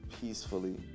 peacefully